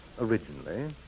originally